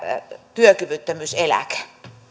työkyvyttömyyseläke